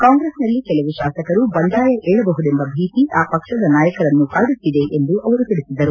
ಕಾಂಗ್ರೆಸ್ನಲ್ಲಿ ಕೆಲವು ಶಾಸಕರು ಬಂಡಾಯ ಏಳಬಹುದೆಂಬ ಭೀತಿ ಆ ಪಕ್ಷದ ನಾಯಕರನ್ನು ಕಾಡುತ್ತಿದೆ ಎಂದು ಅವರು ತಿಳಿಸಿದರು